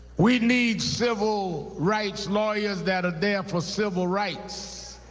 we need civil rights lawyers that are there for civil rights,